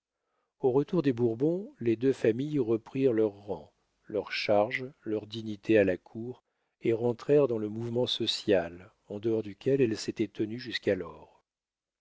au retour des bourbons les deux familles reprirent leur rang leurs charges leurs dignités à la cour et rentrèrent dans le mouvement social en dehors duquel elles s'étaient tenues jusqu'alors